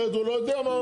אחרת הוא לא יודע מה,